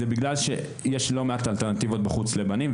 זה בגלל שיש לא מעט אלטרנטיבות בחוץ לבנים,